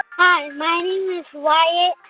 hi, my name is wyatt,